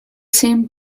same